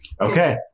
Okay